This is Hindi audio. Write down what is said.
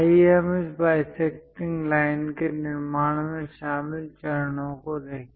आइए हम इस बाईसेक्टिंग लाइन के निर्माण में शामिल चरणों को देखें